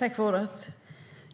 Herr talman!